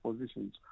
positions